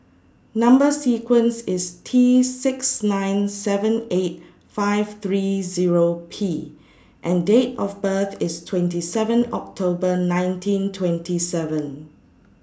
Number sequence IS T six nine seven eight five three Zero P and Date of birth IS twenty seven October nineteen twenty seven